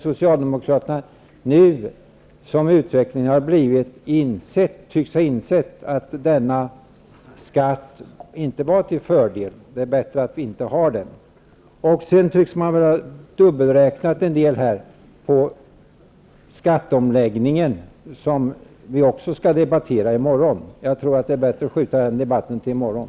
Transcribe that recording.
Som utvecklingen har blivit, tycks Socialdemokraterna nu ha insett att denna skatt inte var till fördel, och att det är bättre att vi inte har den. Sedan tycks man ha dubbelräknat en del inom skatteomläggningen, som vi ju skall debattera i morgon. Jag tror att det är bättre att skjuta den debatten till i morgon.